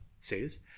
says